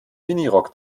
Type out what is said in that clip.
minirock